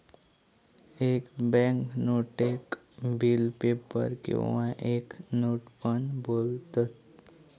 एक बॅन्क नोटेक bill paper किंवा एक नोट पण बोलतत